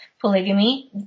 polygamy